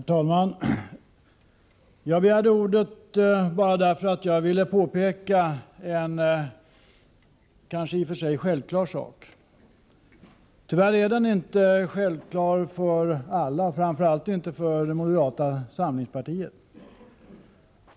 Herr talman! Jag begärde ordet bara därför att jag ville påpeka en i och för sig kanske självklar sak. Men tyvärr är den inte självklar för alla, och framför allt inte för moderata samlingspartiet.